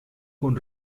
con